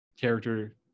character